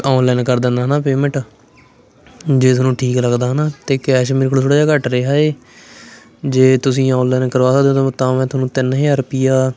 online ਕਰ ਦਿੰਦਾ ਨਾ ਪੇਮੈਂਟ ਜੇ ਤੁਹਾਨੂੰ ਠੀਕ ਲੱਗਦਾ ਹੈ ਨਾ ਅਤੇ ਕੈਸ਼ ਮੇਰੇ ਕੋਲ ਥੋੜ੍ਹਾ ਜਿਹਾ ਘੱਟ ਰਿਹਾ ਜੇ ਤੁਸੀਂ ਔਨਲਾਈਨ ਕਰਵਾ ਸਕਦੇ ਹੋ ਤਾਂ ਮੈਂ ਤੁਹਾਨੂੰ ਤਿੰਨ ਹਜ਼ਾਰ ਰੁਪਈਆ